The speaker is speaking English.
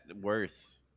worse